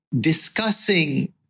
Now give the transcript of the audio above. discussing